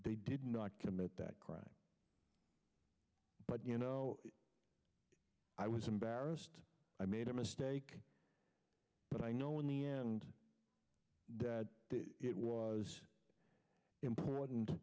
they did not commit that crime but you know i was embarrassed i made a mistake but i know in the end that it was